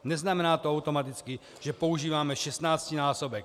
Neznamená to automaticky, že používáme šestnáctinásobek.